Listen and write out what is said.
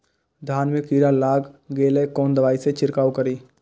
धान में कीरा लाग गेलेय कोन दवाई से छीरकाउ करी?